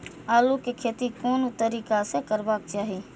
आलु के खेती कोन तरीका से करबाक चाही?